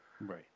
Right